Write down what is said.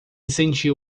sentiu